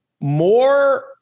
more